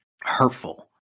hurtful